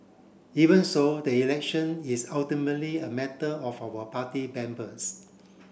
even so the election is ultimately a matter of our party